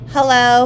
Hello